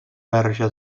verge